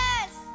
Yes